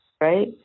right